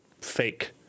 fake